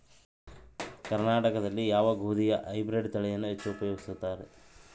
ಕರ್ನಾಟಕದಲ್ಲಿ ಯಾವ ಗೋಧಿಯ ಹೈಬ್ರಿಡ್ ತಳಿಯನ್ನು ಹೆಚ್ಚು ಉಪಯೋಗಿಸುತ್ತಾರೆ?